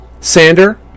sander